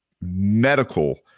medical